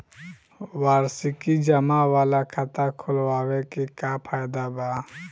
वार्षिकी जमा वाला खाता खोलवावे के का फायदा बा?